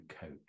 coach